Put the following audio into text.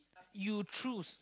you choose